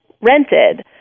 rented